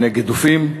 מפני גידופים.